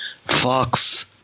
Fox